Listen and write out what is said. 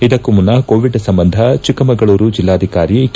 ಇದಕ್ಕೂ ಮುನ್ನ ಕೋವಿಡ್ ಸಂಬಂಧ ಚಿಕ್ಕಮಗಳೂರು ಜಿಲ್ಲಾಧಿಕಾರಿ ಕೆ